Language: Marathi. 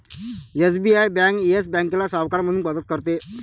एस.बी.आय बँक येस बँकेला सावकार म्हणून मदत करते